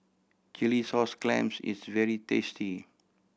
chilli sauce clams is very tasty